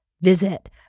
Visit